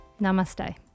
Namaste